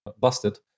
busted